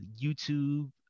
YouTube